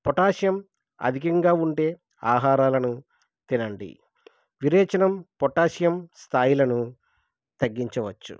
potassium అధికంగా ఉండే ఆహారాలను తినండి విరేచనం పొటాషియం స్థాయిలను తగ్గించవచ్చు